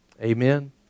Amen